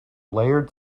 layered